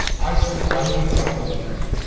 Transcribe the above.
i still i need something to drink.